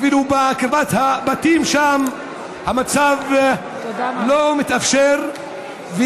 אפילו בקרבת הבתים שם המצב לא מתאפשר.